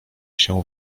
się